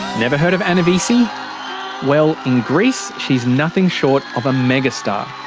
never heard of anna vissi? well, in greece, she is nothing short of a mega star.